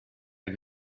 and